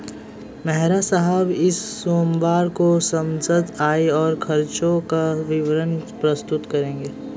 मेहरा साहब इस सोमवार को समस्त आय और खर्चों का विवरण प्रस्तुत करेंगे